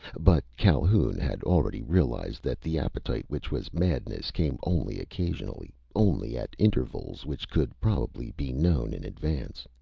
but calhoun had already realized that the appetite which was madness came only occasionally, only at intervals which could probably be known in advance.